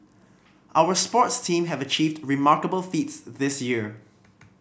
our sports team have achieved remarkable feats this year